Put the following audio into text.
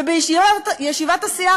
ובישיבת הסיעה,